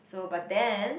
so but then